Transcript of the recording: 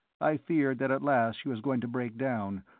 i feared that at last she was going to break down,